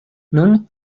nun